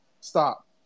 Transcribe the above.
Stop